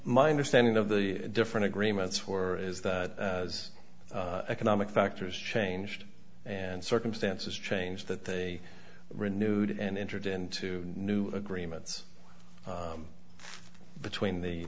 my understanding of the different agreements were is that as economic factors changed and circumstances change that they renewed and entered into new agreements between the